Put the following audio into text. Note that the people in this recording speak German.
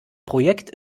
projekt